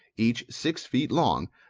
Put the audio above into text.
each six feet long,